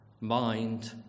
Mind